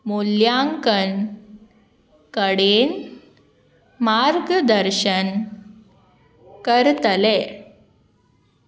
मूल्यांकन कडेन मार्गदर्शन करतलें